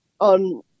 on